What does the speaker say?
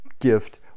gift